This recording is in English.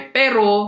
pero